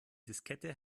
diskette